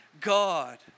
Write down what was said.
God